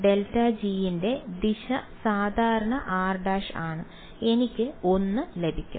∇g ന്റെ ദിശ സാധാരണ rˆ ആണ് എനിക്ക് 1 ലഭിക്കും